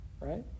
right